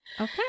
Okay